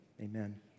Amen